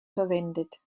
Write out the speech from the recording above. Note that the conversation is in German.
verwendet